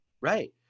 right